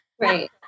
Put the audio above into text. Right